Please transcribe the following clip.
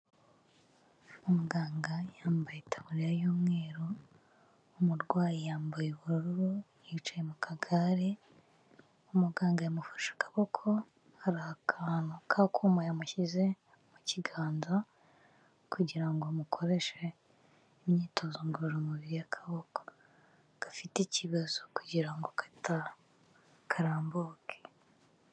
Umuganga yambaye itaburiya y'umweru, umurwayi yambaye ubururu, yicaye mu kagare, umuganga yamufashe akaboko, hari akantu k'akuma yamushyize mu kiganza, kugira ngo amukoreshe imyitozo ngororamubiri y'akaboko gafite ikibazo, kugira ngo karambuke.